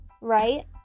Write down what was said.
right